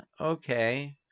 Okay